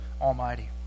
Almighty